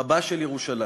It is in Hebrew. רבה של ירושלים,